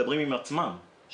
הם מדברים עם עצמם במערכות.